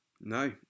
No